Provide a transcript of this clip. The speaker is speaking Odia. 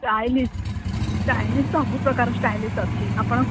ଷ୍ଟାଇଲିସ୍ ଷ୍ଟାଇଲିସ୍ ତ ସବୁ ପ୍ରକାର ଷ୍ଟାଇଲିସ୍ ଅଛି ଆପଣ